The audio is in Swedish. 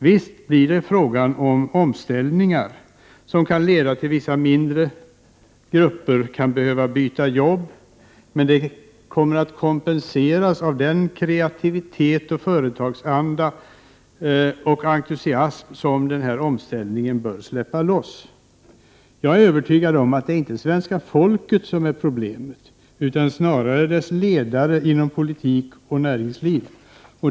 Visst blir det fråga om kraftiga omställningar, som kan leda till att vissa mindre grupper kan behöva byta jobb, men det kommer att kompenseras av den kreativitet och företagaranda och entusiasm som omställningen bör släppa loss. Jag är övertygad om att det inte är svenska folket som är problemet, utan snarare dess ledare inom politik och näringsliv.